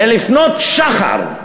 ולפנות שחר,